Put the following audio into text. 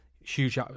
huge